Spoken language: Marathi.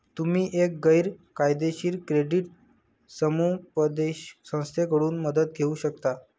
तुम्ही एक गैर फायदेशीर क्रेडिट समुपदेशन संस्थेकडून मदत घेऊ शकता